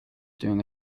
doing